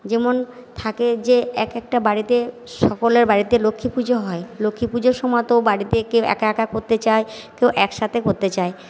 যেমন থাকে যে এক একটা বাড়িতে সকলের বাড়িতে লক্ষ্মী পুজো হয় লক্ষ্মী পুজোর সময়তেও বাড়িতে কেউ একা একা করতে চায় কেউ একসাথে করতে চায়